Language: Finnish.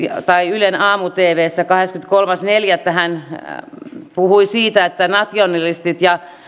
ylen aamu tvssä kahdeskymmeneskolmas neljättä puhui siitä että nationalistit ja